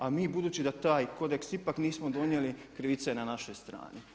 A mi budući da taj kodeks ipak nismo donijeli krivica je na našoj strani.